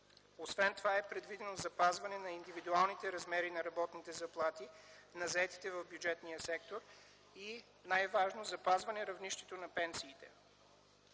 Освен това е предвидено запазване на индивидуалните размери на работните заплати на заетите в бюджетния сектор и най-важно – запазване на равнището на пенсиите.